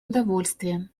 удовольствием